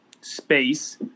space